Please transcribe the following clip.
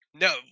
No